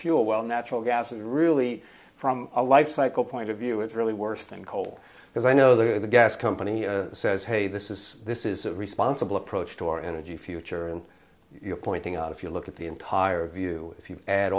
fuel well natural gas is really from a life cycle point of view it's really worse than coal because i know the gas company says hey this is this is a responsible approach to our energy future and you're pointing out if you look at the entire view if you a